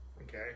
Okay